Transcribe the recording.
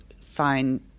find